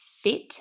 fit